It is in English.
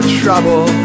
trouble